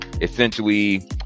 essentially